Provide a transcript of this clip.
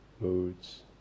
moods